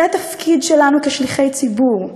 זה התפקיד שלנו כשליחי ציבור.